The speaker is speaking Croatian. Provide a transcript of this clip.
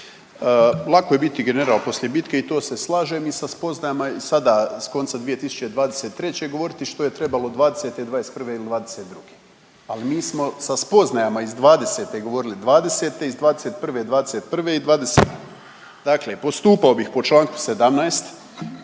Lako je biti general poslije bitke i to se slažem i sa spoznajama sada s konca 2023. govoriti što je trebalo, '20., '21. ili '22. Ali mi smo sa spoznajama iz '20. govorili '20. iz '21. '21 i dvadeset. Dakle postupao bih po čl. 17.,